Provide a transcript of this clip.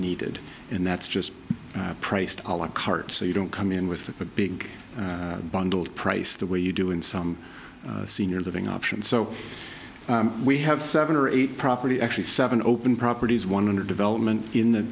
needed and that's just priced carts so you don't come in with a big bundled price the way you do in some senior living options so we have seven or eight property actually seven open properties one hundred development in the